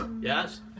Yes